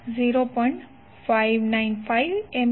595 A I2 0